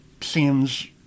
seems